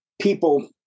people